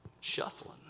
shuffling